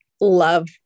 love